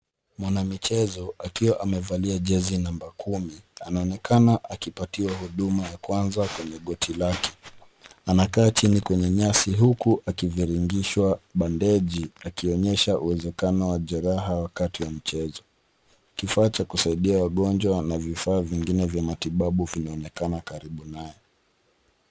Mwana michezo akiwa amevalia jezi namba kumi anaonekana akipatiwa huduma ya kwanza kwenye goti lake. Anakaa chini kwenye nyasi huku akiviringishwa bandeji akionyesha uwezekano wa jeraha wakati wa mchezo. Kifaa cha kusaidia wagonjwa na vifaa vingine vya matibabu vinaonekana karibu naye.